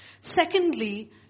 Secondly